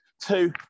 two